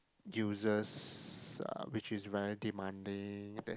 users uh which is very demanding that